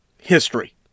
history